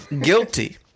guilty